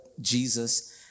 Jesus